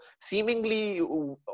seemingly